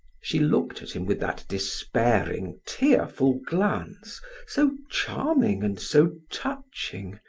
she looked at him with that despairing, tearful glance so charming and so touching,